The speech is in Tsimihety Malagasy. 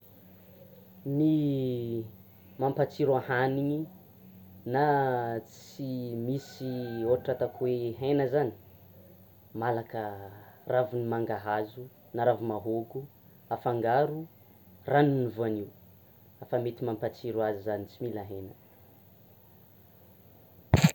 Ny mampatsiro ahaniny na tsy misy ohatra ataoko hoe hena zany, malaka ravin'ny mangahazo na ravi-mahôgo afangaro ranon'ny voanio, efa mety mampatsiro azy zany tsy mila hena.